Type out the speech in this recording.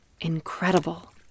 incredible